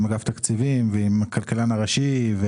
עם אגף תקציבים ועם הכלכלן הראשי,